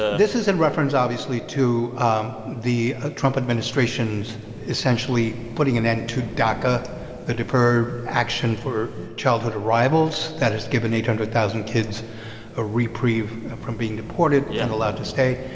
this is in reference, obviously, to um the ah trump administration's essentially putting an end to daca the deferred action for childhood arrivals that has given eight hundred thousand kids a reprieve from being deported. yeah. and allowed to stay.